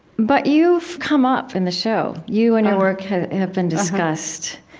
but you've come up in the show. you and your work have have been discussed.